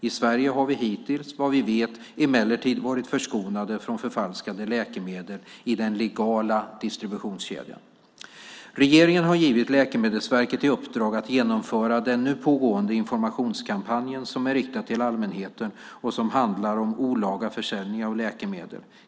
I Sverige har vi hittills, vad vi vet, emellertid varit förskonade från förfalskade läkemedel i den legala distributionskedjan. Regeringen har givit Läkemedelsverket i uppdrag att genomföra den nu pågående informationskampanjen som är riktad till allmänheten och handlar om olaga försäljning av läkemedel.